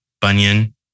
Bunyan